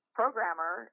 programmer